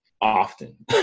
often